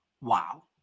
wow